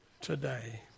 today